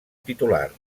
titular